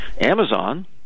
Amazon